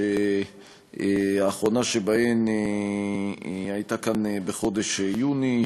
שהאחרונה שבהן הייתה כאן בחודש יוני,